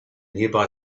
nearby